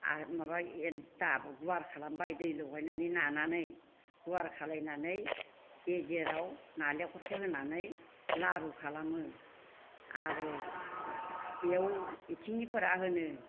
माबा गुवार खालामबाय दै लगायनानै नानानै गुवार खालामनानै गेजेराव नारेंखलखौ होनानै लारु खालामो आरो बेयाव बेथिंनिफोरा होनो